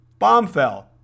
Bombfell